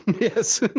Yes